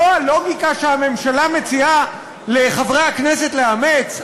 זו הלוגיקה שהממשלה מציעה לחברי הכנסת לאמץ?